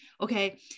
Okay